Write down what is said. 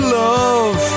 love